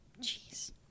Jeez